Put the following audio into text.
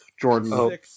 Jordan